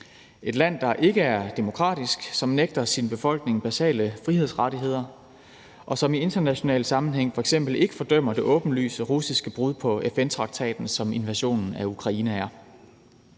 et land, der ikke er demokratisk, som nægter sin befolkning basale frihedsrettigheder, og som i international sammenhæng f.eks. ikke fordømmer det åbenlyse russiske brud på FN-traktaten, som invasionen af Ukraine er.